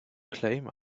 claim